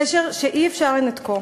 קשר שאי-אפשר לנתקו.